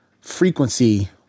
frequency